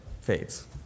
fades